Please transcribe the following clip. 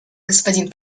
господин